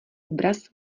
obraz